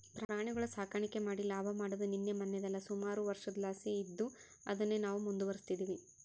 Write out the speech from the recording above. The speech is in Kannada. ಪ್ರಾಣಿಗುಳ ಸಾಕಾಣಿಕೆ ಮಾಡಿ ಲಾಭ ಮಾಡಾದು ನಿನ್ನೆ ಮನ್ನೆದಲ್ಲ, ಸುಮಾರು ವರ್ಷುದ್ಲಾಸಿ ಇದ್ದು ಅದುನ್ನೇ ನಾವು ಮುಂದುವರಿಸ್ತದಿವಿ